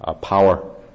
power